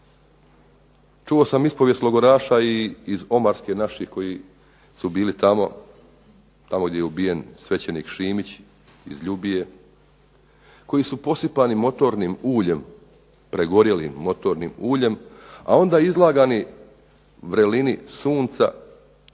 Čuo sam ispovijest logoraša i iz Omarske naših koji su bili tamo. Tamo gdje je ubijen svećenik Šimić iz Ljubije, koji su posipani motornim uljem, pregorjelim motornim uljem a onda izlagani vrelini sunca